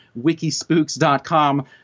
Wikispooks.com